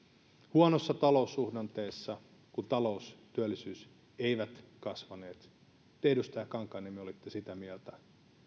huonossa taloussuhdanteessa kun talous ja työllisyys eivät kasvaneet te edustaja kankaanniemi olitte sitä mieltä